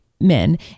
men